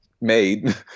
made